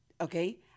okay